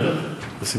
בטח, בשמחה.